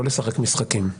לא לשחק משחקים,